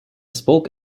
spoke